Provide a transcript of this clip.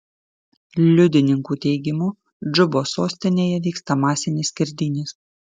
liudininkų teigimu džubos sostinėje vyksta masinės skerdynės